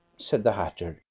said the hatter.